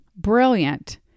Brilliant